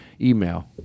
email